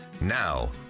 Now